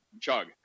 Chug